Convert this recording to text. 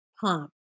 Pump